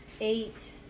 eight